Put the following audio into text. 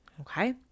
Okay